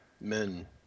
men